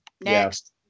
next